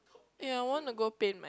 yeah I want to go paint my